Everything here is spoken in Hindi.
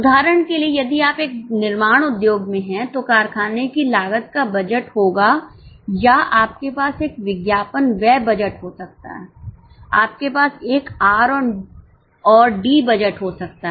उदाहरण के लिए यदि आप एक निर्माण उद्योग में हैं तो कारखाने की लागत का बजट होगा या आपके पास एक विज्ञापन व्यय बजट हो सकता है आपके पास एक आर और डी बजट हो सकता है